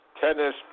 tennis